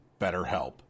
BetterHelp